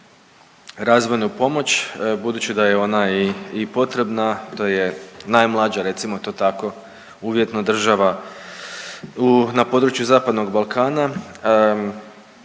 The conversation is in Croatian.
razvojnu pomoć budući da je ona i potrebna. To je najmlađa, recimo to tako, uvjetno država u, na području zapadnog Balkana